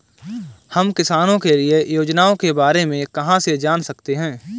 हम किसानों के लिए योजनाओं के बारे में कहाँ से जान सकते हैं?